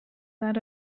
that